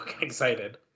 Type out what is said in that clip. excited